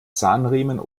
zahnriemen